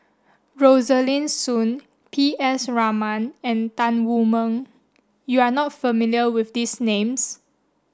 Rosaline Soon P S Raman and Tan Wu Meng you are not familiar with these names